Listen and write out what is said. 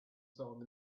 time